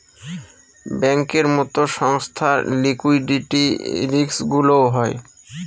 ব্যাঙ্কের মতো সংস্থার লিকুইডিটি রিস্কগুলোও হয়